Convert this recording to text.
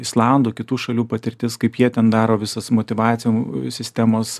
islandų kitų šalių patirtis kaip jie ten daro visas motyvacijom sistemos